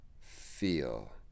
feel